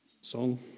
Song